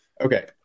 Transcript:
Okay